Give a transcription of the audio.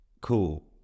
cool